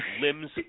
limbs